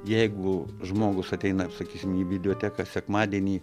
jeigu žmogus ateina sakysim į videoteką sekmadienį